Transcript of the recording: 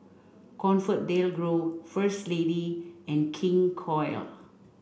ComfortDelGro First Lady and King Koil